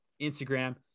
Instagram